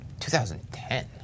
2010